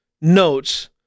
notes